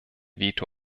veto